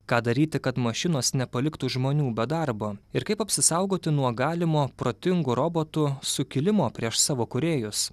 ką daryti kad mašinos nepaliktų žmonių be darbo ir kaip apsisaugoti nuo galimo protingų robotų sukilimo prieš savo kūrėjus